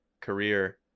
career